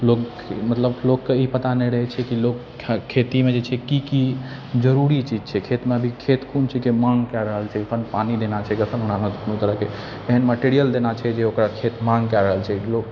लोक मतलब लोककेँ ई पता नहि रहैत छै कि लोक खेतीमे जे छै की की जरुरी चीज छै खेतमे अभी खेत कोन चीजके माङ्ग कय रहल छै कखन पानि देना छै कखन ओकरामे कोनो तरहके एहन मटेरियल देना छै जे ओकर खेत माङ्ग कय रहल छै लोक